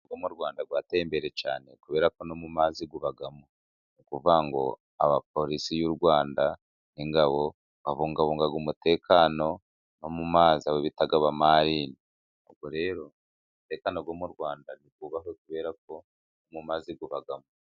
Uwo mu Rwanda wateye imbere cyane kubera ko no mu mazi ubamo. Ni ukuvuga ngo polisi y'u Rwanda n'ingabo babungabunga umutekano wo mu mazi, abo bita abamarine. Ubwo rero umutekano wo mu Rwanda niwubahwe kubera ko no mu mazi ubamo.